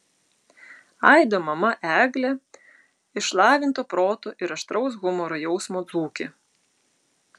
aido mama eglė išlavinto proto ir aštraus humoro jausmo dzūkė